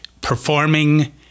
performing